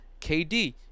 KD